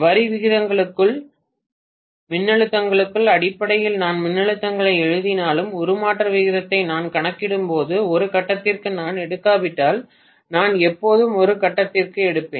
வரி மின்னழுத்தங்களின் அடிப்படையில் நான் மின்னழுத்தங்களை எழுதினாலும் உருமாற்ற விகிதத்தை நான் கணக்கிடும்போது ஒரு கட்டத்திற்கு நான் எடுக்காவிட்டால் நான் எப்போதும் ஒரு கட்டத்திற்கு எடுப்பேன்